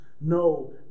no